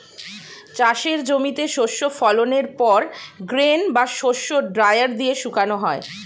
চাষের জমিতে শস্য ফলনের পর গ্রেন বা শস্য ড্রায়ার দিয়ে শুকানো হয়